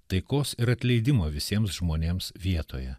taikos ir atleidimo visiems žmonėms vietoje